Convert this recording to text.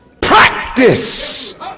practice